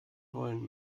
wollen